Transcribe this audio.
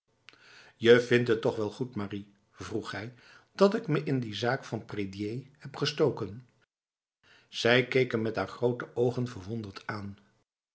je vindt het toch wel goed marie vroeg hij dat ik me in die zaak van prédier heb gestoken zij keek hem met haar grote ogen verwonderd aan